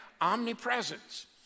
Omnipresence